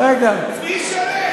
מי ישלם?